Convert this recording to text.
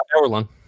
Hour-long